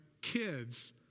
Kids